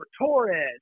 Torres